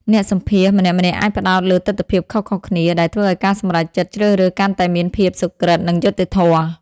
អ្នកសម្ភាសន៍ម្នាក់ៗអាចផ្តោតលើទិដ្ឋភាពខុសៗគ្នា ដែលធ្វើឲ្យការសម្រេចចិត្តជ្រើសរើសកាន់តែមានភាពសុក្រឹត និងយុត្តិធម៌។